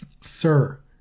sir